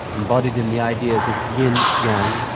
embodied in the ideas of yin, yang,